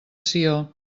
sió